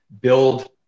build